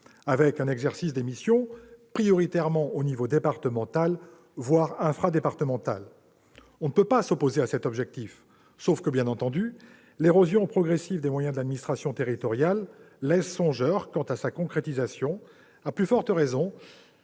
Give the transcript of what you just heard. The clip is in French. par un exercice des missions prioritairement au niveau départemental, voire infradépartemental. Si l'on ne peut s'opposer à cet objectif, l'érosion progressive des moyens de l'administration territoriale laisse songeur quant à sa concrétisation, à plus forte raison